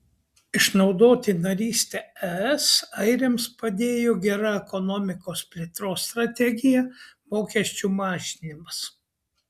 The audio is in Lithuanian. išnaudoti narystę es airiams padėjo gera ekonomikos plėtros strategija mokesčių mažinimas